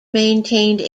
maintained